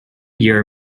year